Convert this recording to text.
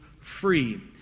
free